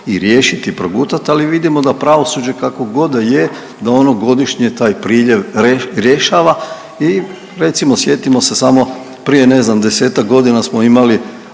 i riješiti i progutat, ali vidimo da pravosuđe kakvo god da je da ono godišnje taj priljev rješava i recimo, sjetimo se samo prije ne znam 10-tak godina smo imali